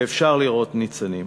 ואפשר לראות ניצנים.